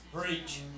Preach